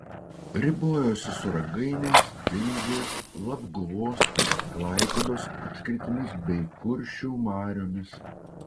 ribojosi su ragainės tilžės labguvos klaipėdos apskritimis bei kuršių mariomis